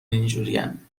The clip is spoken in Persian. اینجورین